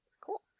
Cool